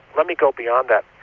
let me go beyond that.